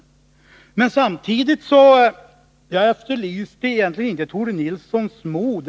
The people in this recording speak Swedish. Samtidigt vill jag framhålla att jag egentligen inte efterlyste Tore Nilssons mod.